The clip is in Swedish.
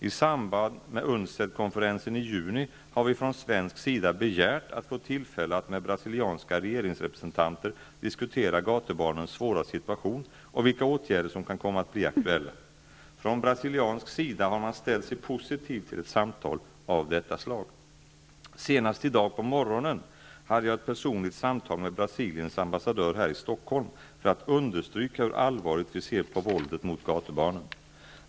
I samband med UNICED-konferensen i juni har vi från svensk sida begärt att få tillfälle att med brasilianska regeringsrepresentanter diskutera gatubarnens svåra situation och vilka åtgärder som kan komma att bli aktuella. Från brasiliansk sida har man ställt sig positiv till ett samtal av detta slag. Senast i dag, på morgonen, hade jag ett personligt samtal med Brasiliens ambassadör här i Stockholm för att understryka hur allvarligt vi ser på våldet mot gatubarnen.